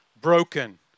Broken